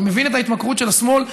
אני מבין את ההתמכרות של השמאל,